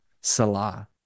Salah